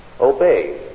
Obey